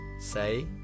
say